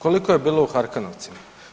Koliko je bilo u Harkanovcima?